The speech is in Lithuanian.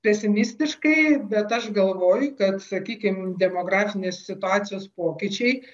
pesimistiškai bet aš galvoju kad sakykim demografinės situacijos pokyčiai